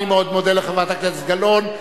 אני מאוד מודה לחברת הכנסת גלאון,